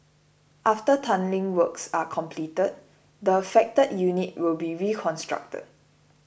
after tunnelling works are completed the affected unit will be reconstructed